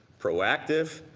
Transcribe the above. proactive,